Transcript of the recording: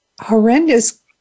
horrendous